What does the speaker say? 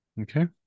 okay